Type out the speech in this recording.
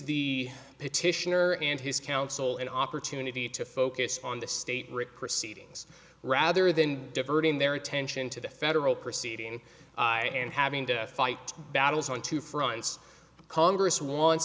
petitioner and his counsel an opportunity to focus on the state rick proceedings rather than diverting their attention to the federal proceeding and having to fight battles on two fronts congress wants